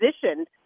positioned